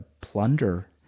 plunder